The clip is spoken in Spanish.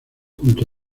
junto